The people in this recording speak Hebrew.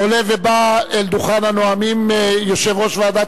עולה ובא אל דוכן הנואמים יושב-ראש ועדת